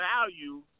value